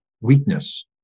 weakness